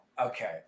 Okay